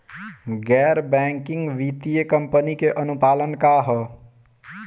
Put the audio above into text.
गैर बैंकिंग वित्तीय कंपनी के अनुपालन का ह?